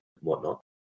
whatnot